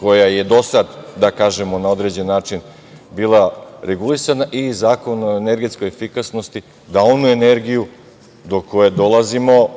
koja je do sada na određeni način bila regulisana i Zakon o energetskoj efikasnosti, da onu energiju do koje dolazimo,